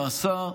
נעשה,